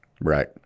Right